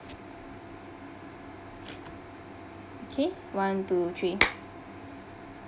okay one two three